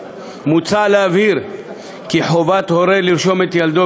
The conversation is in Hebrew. מוצע להבהיר כי חובת הורה לרשום את ילדו